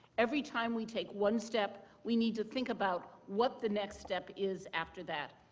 every time we take one step we need to think about what the next step is after that.